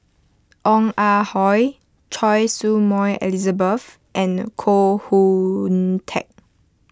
Ong Ah Hoi Choy Su Moi Elizabeth and Koh Hoon Teck